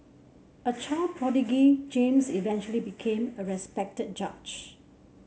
a child James eventually became a respected judge